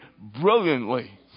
brilliantly